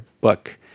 book